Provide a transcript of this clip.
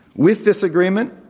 with this agreement,